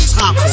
top